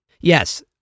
Yes